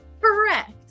correct